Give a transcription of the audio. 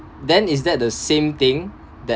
then is that the same thing that